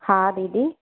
हा दीदी